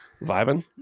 vibing